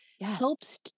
helps